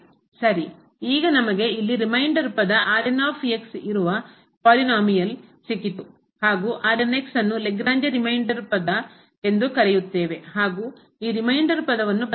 ಸರಿ ಈಗ ನಮಗೆ ಇಲ್ಲಿ ರಿಮೈಂಡರ್ ಪದ ಇರುವ ಪಾಲಿನೋಮಿಯಲ್ ಬಹುಪದೀಯ ಸಿಕ್ಕಿತು ಹಾಗೂ ನ್ನು ಲೆಗ್ರಾಂಜಿ ರಿಮೈಂಡರ್ ಪದ ಎಂದು ಕರೆಯುತ್ತೇವೆ ಹಾಗೂ ಈ ರಿಮೈಂಡರ್ ಪದವನ್ನು ಬದಲಿಸಬಹುದು